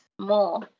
more